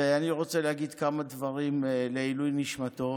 ואני רוצה להגיד כמה דברים לעילוי נשמתו